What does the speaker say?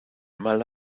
mal